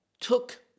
took